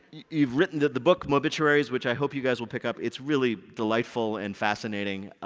you've written the book mobituaries which i hope you guys will pick up. it's really delightful and fascinating.